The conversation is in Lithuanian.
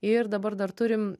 ir dabar dar turim